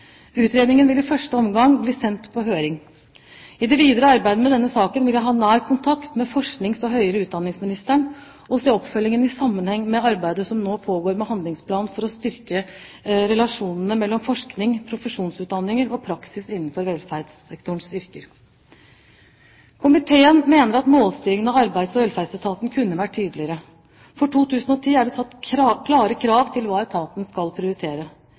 Utredningen vil i første omgang bli sendt på høring. I det videre arbeidet med denne saken vil jeg ha nær kontakt med forsknings- og høyere utdanningsministeren, og se oppfølgingen i sammenheng med arbeidet som nå pågår med en handlingsplan for å styrke relasjonene mellom forskning, profesjonsutdanninger og praksis innenfor velferdssektorens yrker. Komiteen mener at målstyringen av Arbeids- og velferdsetaten kunne vært tydeligere. For 2010 er det satt klare krav til hva etaten skal prioritere.